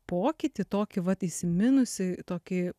pokytį tokį vat įsiminusį tokį